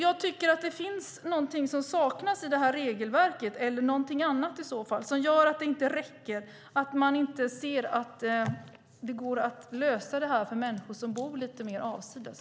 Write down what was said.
Jag tycker att det saknas något i detta regelverk som gör att det inte räcker och att man inte ser att det går att lösa detta för människor som bor lite mer avsides.